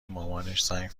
مامانش، زنگ